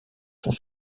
sont